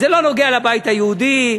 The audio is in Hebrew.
זה לא נוגע לבית היהודי,